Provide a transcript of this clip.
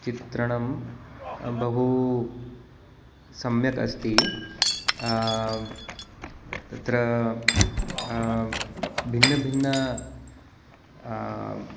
चित्रणम् बहु सम्यक् अस्ति तत्र भिन्न भिन्न